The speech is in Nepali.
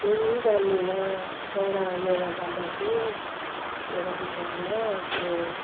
केही जान्दिनँ एउटा योगा जान्दछु योगा विषयमा त्यो